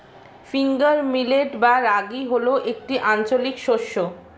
finger millet বা রাগী হল একটি আঞ্চলিক শস্য